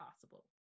possible